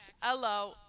Hello